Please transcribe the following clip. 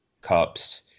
cups